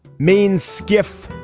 maine's skiff.